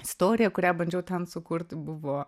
istorija kurią bandžiau ten sukurti buvo